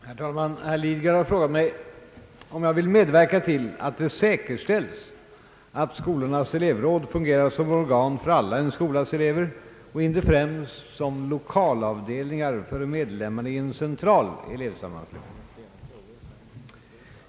Herr talman! Herr Lidgard har frågat mig om jag vill medverka till att det säkerställs att skolornas elevråd fungerar som organ för alla en skolas elever och inte främst som lokalavdelningar för medlemmarna i en central elevsammanslutning.